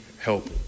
help